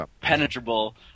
penetrable